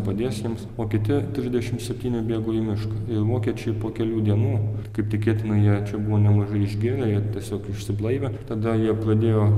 padės jiems o kiti trisdešimt septyni bėgo į mišką ir vokiečiai po kelių dienų kaip tikėtina jie čia buvo nemažai išgėrę jie tiesiog išsiblaivė ir tada jie pradėjo